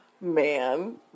Man